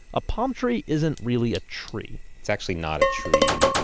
a palm tree isn't really a tree it's actually not a tree.